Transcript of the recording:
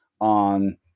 on